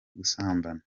gusambana